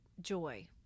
joy